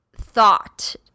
thought